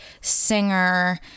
singer